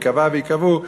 וייקבע ויקבעו,